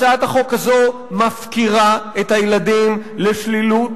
הצעת החוק הזאת מפקירה את הילדים לשרירותיות